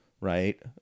right